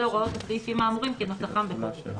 הוראות הסעיפים האמורים כנוסחם בחוק זה.